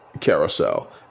carousel